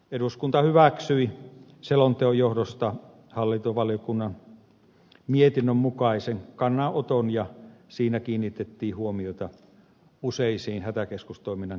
eduskunta hyväksyi selonteon johdosta hallintovaliokunnan mietinnön mukaisen kannanoton ja siinä kiinnitettiin huomiota useisiin hätäkeskustoiminnan kehittämistarpeisiin